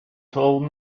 told